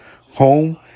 home